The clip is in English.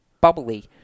bubbly